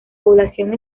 población